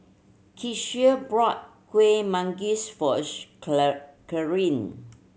Kecia brought Kuih Manggis for Claire